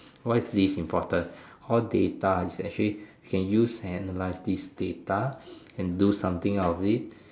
why is this important all data is actually can use analyse this data and do something out of it